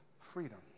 freedom